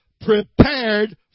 prepared